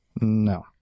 No